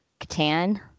Catan